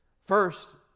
First